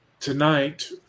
Tonight